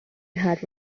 had